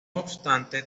obstante